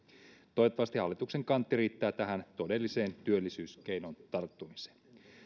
toivottavasti hallituksen kantti riittää tähän todelliseen työllisyyskeinoon tarttumiseen